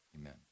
Amen